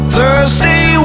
Thursday